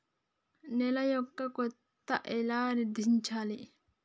నేల యొక్క కోత ఎలా నిర్ధారించాలి?